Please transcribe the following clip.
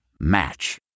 Match